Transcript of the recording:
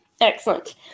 Excellent